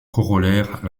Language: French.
corollaire